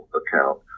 account